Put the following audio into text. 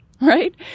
right